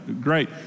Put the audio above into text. great